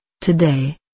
today